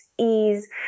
ease